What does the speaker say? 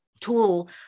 tool